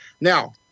Now